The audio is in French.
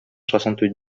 soixante